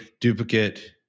duplicate